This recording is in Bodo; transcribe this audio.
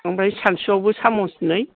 ओमफ्राय सानसुआवबो साम'सनै